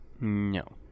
No